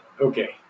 Okay